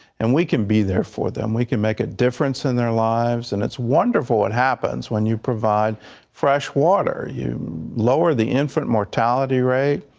and we can be there for them, we can make a difference in their lives. and it's wonderful, it happens when you provide fresh water. when you lower the infant mortality rate.